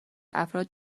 افراد